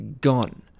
gone